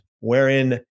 wherein